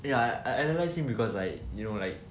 ya I idolise him because like you know like